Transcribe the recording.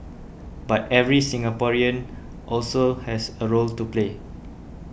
but every Singaporean also has a role to play